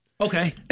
Okay